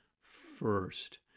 first